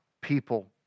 people